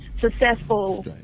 successful